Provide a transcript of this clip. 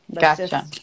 Gotcha